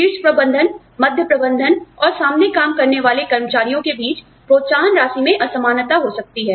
शीर्ष प्रबंधन मध्य प्रबंधन और सामने काम करने वाले कर्मचारियों के बीच प्रोत्साहन राशि में असमानता हो सकती है